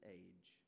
age